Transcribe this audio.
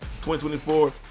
2024